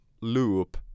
loop